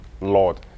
Lord